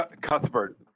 Cuthbert